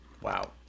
Wow